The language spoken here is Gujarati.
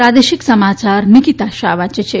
પ્રાદેશિક સમાચાર નિકિતા શાહ વાંચે છે